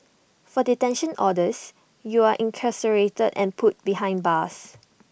for detention orders you're incarcerated and put behind bars